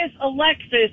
Alexis